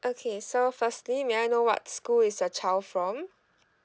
okay so firstly may I know what school is your child from